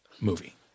movie